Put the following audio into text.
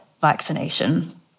vaccination